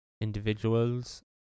individuals